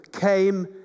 came